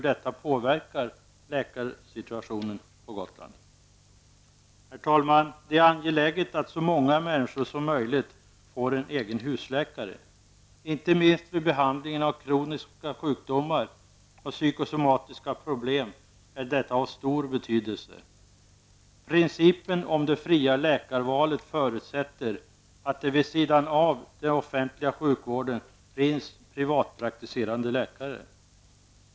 Det är angeläget att så många människor som möjligt får en egen husläkare. Inte minst vid behandlingen av kroniska sjukdomar och psykosomatiska problem är detta av stor betydelse. Principen om det fria läkarvalet förutsätter att det vid sidan av den offentliga sjukvården finns privatpraktiserande läkare.